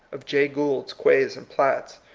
of jay goulds, quays, and platts,